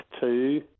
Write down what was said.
two